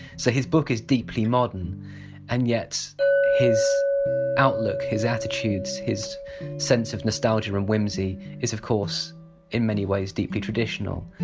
so his book is deeply modern and yet his outlook, his attitudes, his sense of nostalgia and whimsy is of course in many ways deeply traditional.